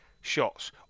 shots